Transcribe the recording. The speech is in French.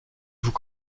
vous